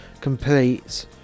complete